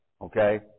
Okay